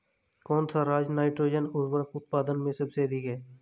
कौन सा राज नाइट्रोजन उर्वरक उत्पादन में सबसे अधिक है?